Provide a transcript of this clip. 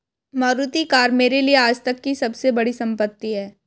Maruti car मेरे लिए आजतक की सबसे बड़ी संपत्ति है